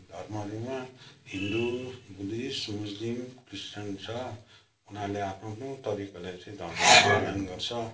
धर्महरूमा Hindu Buddhist Muslim Christian छ उनीहरूले आफ्नो आफ्नो तरिकाले चाहिँ धर्म पालन गर्छ